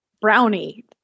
brownie